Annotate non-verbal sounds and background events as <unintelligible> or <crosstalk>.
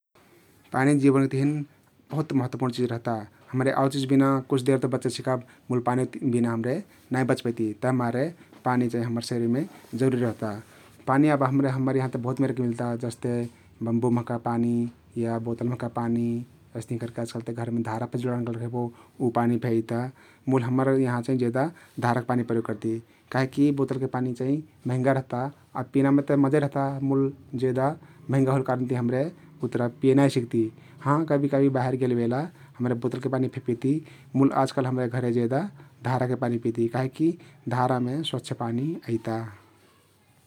पानी जीवन तहिन बहुत महत्वपुर्ण जिझ रहता । हम्रे आउर जिझ बिना कुछ देर ते बचे सिकब मुल पानी बिना हम्रे नाई बचपैती तभिमारे पानी चाहिं हम्मर शरिरमे जरुरी रहता । पानी अब <unintelligible> हम्मर यहाँ ते बहुत मेरके मिल्ता जस्ते बम्बु महका पानी या बोतल महका पानी अइस्तहिं करके आजकालते घरमे धरा जडान फे करले रहबो उ पानी फे अइता । मुल हम्मर यहाँ चाहिं जेदा धारक पानी प्रयोग करती काहिकी बोतलके पानी चाहिं महिंगा रहता । अब पिनामे ते मजे रहता मुल जेदा महिंगा होइल कारन ति हम्रे उत्रा पिए नाई सक्ती । हाँ कबी कबी बाहिर गेलबेला हम्रे बोतलके पानी फे पिती । मुल आजकाल हम्रे घरे जेदा धाराके पानी पिती काहिकी धारामे स्वच्छ पानी अइता ।